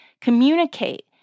Communicate